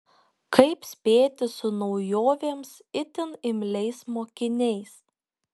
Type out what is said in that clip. kaip spėti su naujovėms itin imliais mokiniais